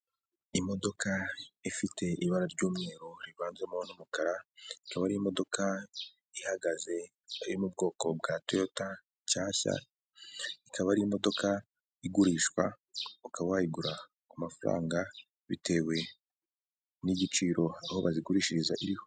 Imodoka ifite ibara ry'umweru rivanzemo n'umukara, ikaba imodoka ihagaze, ari mu bwoko bwa toyota nshyashya, ikaba ari imodoka igurishwa, ukaba wayigura amafaranga bitewe n'igiciro aho bazigurishiriza iriho.